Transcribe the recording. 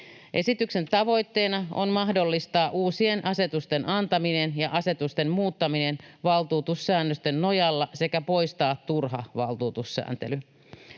Esityksen tavoitteena on mahdollistaa uusien asetusten antaminen ja asetusten muuttaminen valtuutussäännösten nojalla sekä poistaa turha valtuutussääntely.